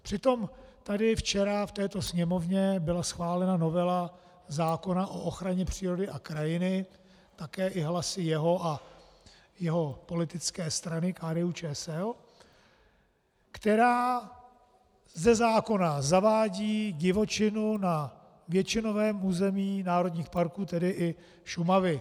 Přitom tady včera v této Sněmovně byla schválena novela zákona o ochraně přírody a krajiny, také i hlasy jeho a jeho politické strany KDUČSL, která ze zákona zavádí divočinu na většinovém území národních parků, tedy i Šumavy.